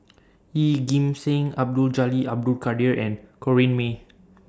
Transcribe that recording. Yeoh Ghim Seng Abdul Jalil Abdul Kadir and Corrinne May